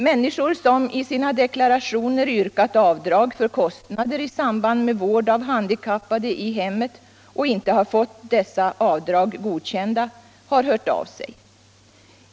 Människor som i sina deklarationer yrkat avdrag för kostnader i samband med vård av handikappade i hemmet och inte fått dessa avdrag godkända har hört av sig.